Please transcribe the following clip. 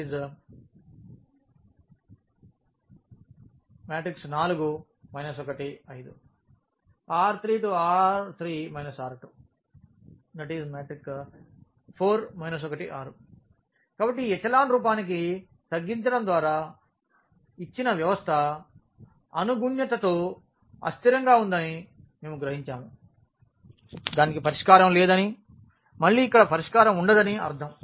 4 1 5 R3R3 R2 4 1 6 కాబట్టి ఈ echelon రూపానికి తగ్గించడం ద్వారా ఇచ్చిన వ్యవస్థ అనుగుణ్యత అస్థిరంగా ఉందని మేము గ్రహించాము దానికి పరిష్కారం లేదని మళ్ళీ ఇక్కడ పరిష్కారం ఉండదని అర్థం